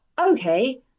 Okay